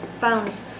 phones